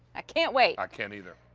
i cannot wait. i cannot either.